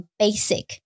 basic，